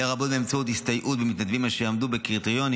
לרבות באמצעות הסתייעות במתנדבים אשר יעמדו בקריטריונים